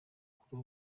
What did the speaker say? kuri